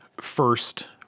first